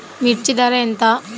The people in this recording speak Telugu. మిర్చి ధర ఎంత?